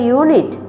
unit